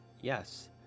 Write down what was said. yes